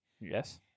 Yes